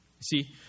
See